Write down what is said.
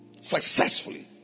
successfully